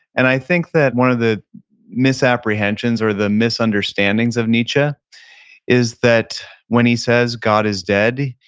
and i think that one of the misapprehensions or the misunderstandings of nietzsche is that when he says, god is dead,